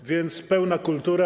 A więc pełna kultura.